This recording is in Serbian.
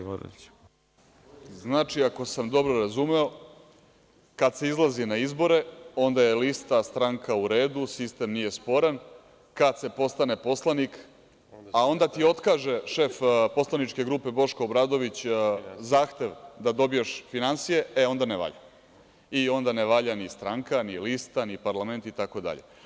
Znači, ako sam dobro shvatio, kada se izlazi na izbore onda je lista stranke u redu, sistem nije sporan, a kada se postane poslanik, a onda ti otkaže šef poslaničke grupe Boško Obradović zahtev da dobiješ finansije, e onda ne valja ni stranka, ni lista, ni parlament itd.